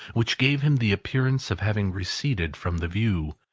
which gave him the appearance of having receded from the view,